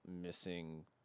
missing